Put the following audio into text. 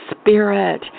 spirit